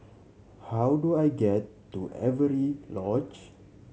how do I get to Avery Lodge